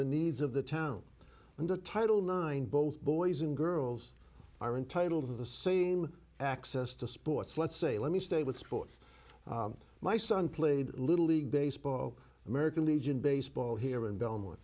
the needs of the town and the title nine both boys and girls are entitled to the same access to sports let's say let me stay with sports my son played little league baseball american legion baseball here